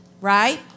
right